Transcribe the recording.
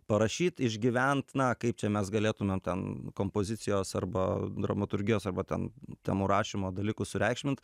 parašyt išgyvent na kaip čia mes galėtumėm ten kompozicijos arba dramaturgijos arba ten temų rašymo dalykus sureikšmint